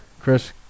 Chris